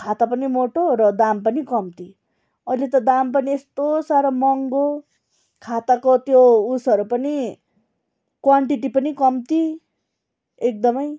खाता पनि मोटो र दाम पनि कम्ती अहिले त दाम पनि यस्तो साह्रो महँगो खाताको त्यो उसहरू पनि क्वान्टिटी पनि कम्ती एकदमै